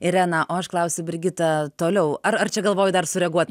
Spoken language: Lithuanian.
irena o aš klausiu brigita toliau ar ar čia galvoju dar sureaguot